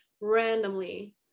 randomly